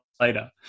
later